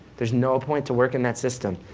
there's no point to working that system,